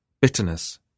bitterness